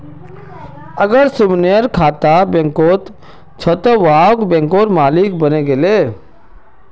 अगर सुमनेर खाता बैंकत छ त वोहों बैंकेर मालिक बने गेले